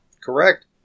Correct